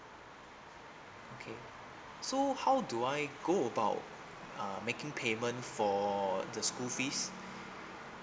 okay so how do I go about uh making payment for the school fees